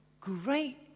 great